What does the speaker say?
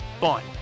Fun